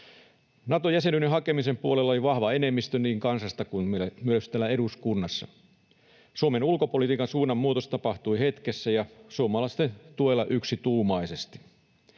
Nato-jäsenyyden hakemisen puolella oli vahva enemmistö niin kansasta kuin myös täällä eduskunnassa. Suomen ulkopolitiikan suunnanmuutos tapahtui hetkessä ja suomalaisten tuella yksituumaisesti.